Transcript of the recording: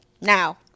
Now